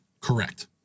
Correct